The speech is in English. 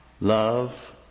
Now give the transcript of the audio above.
love